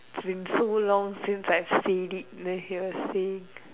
it's been so long since I said it and I hear say